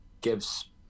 gives